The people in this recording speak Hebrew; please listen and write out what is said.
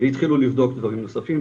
והתחילו לבדוק דברים נוספים,